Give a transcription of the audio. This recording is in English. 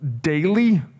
daily